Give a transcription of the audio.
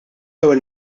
ewwel